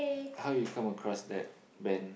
how you come across that Ben